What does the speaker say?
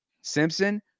Simpson